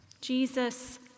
Jesus